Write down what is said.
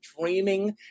dreaming